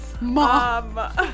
mom